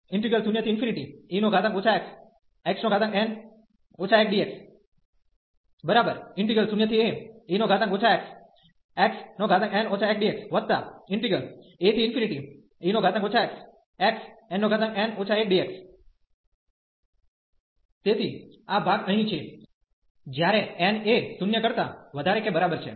0e xxn 1dx0ae xxn 1dxae xxn 1dx તેથી આ ભાગ અહીં છે જ્યારે n એ 0 કરતા વધારે કે બરાબર છે